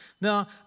Now